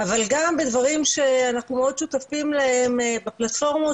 אבל גם בדברים שאנחנו עוד שותפים להם בפלטפורמות